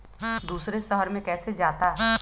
दूसरे शहर मे कैसे जाता?